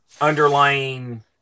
underlying